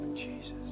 Jesus